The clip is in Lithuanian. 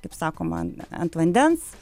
kaip sakoma ant ant vandens